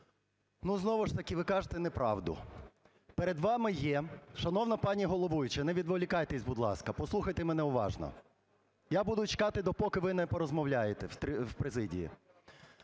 Ну знову ж таки ви кажете неправду. Перед вами є… Шановна пані головуюча, не відволікайтесь, будь ласка, послухайте мене уважно. Я буду чекати допоки ви не порозмовляєте в президії.